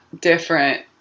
different